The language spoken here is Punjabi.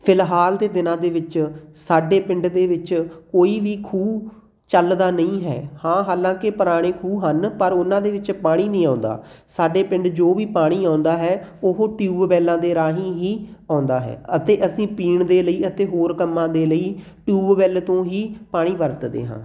ਫਿਲਹਾਲ ਦੇ ਦਿਨਾਂ ਦੇ ਵਿੱਚ ਸਾਡੇ ਪਿੰਡ ਦੇ ਵਿੱਚ ਕੋਈ ਵੀ ਖੂਹ ਚੱਲਦਾ ਨਹੀਂ ਹੈ ਹਾਂ ਹਾਲਾਂਕਿ ਪੁਰਾਣੇ ਖੂਹ ਹਨ ਪਰ ਉਹਨਾਂ ਦੇ ਵਿੱਚ ਪਾਣੀ ਨਹੀਂ ਆਉਂਦਾ ਸਾਡੇ ਪਿੰਡ ਜੋ ਵੀ ਪਾਣੀ ਆਉਂਦਾ ਹੈ ਉਹ ਟਿਊਬਵੈੱਲਾਂ ਦੇ ਰਾਹੀਂ ਹੀ ਆਉਂਦਾ ਹੈ ਅਤੇ ਅਸੀਂ ਪੀਣ ਦੇ ਲਈ ਅਤੇ ਹੋਰ ਕੰਮਾਂ ਦੇ ਲਈ ਟਿਊਬਵੈੱਲ ਤੋਂ ਹੀ ਪਾਣੀ ਵਰਤਦੇ ਹਾਂ